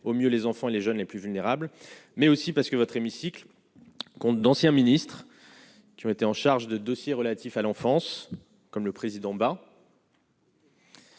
au mieux les enfants, les jeunes les plus vulnérables, mais aussi parce que votre hémicycle compte d'anciens ministres qui ont été en charge de dossiers relatifs à l'enfance comme le président.